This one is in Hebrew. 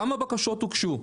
כמה בקשות הוגשו?